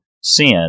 sin